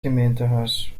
gemeentehuis